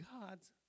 God's